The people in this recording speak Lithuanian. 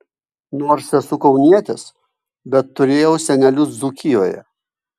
nors esu kaunietis bet turėjau senelius dzūkijoje